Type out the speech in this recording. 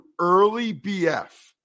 EARLYBF